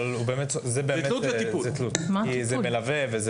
זה מלווה.